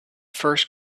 first